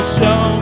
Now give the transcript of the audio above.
show